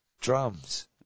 drums